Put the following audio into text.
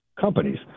companies